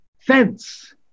fence